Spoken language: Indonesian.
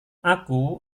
aku